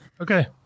Okay